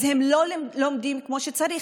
אז הם לא לומדים כמו שצריך.